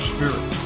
Spirit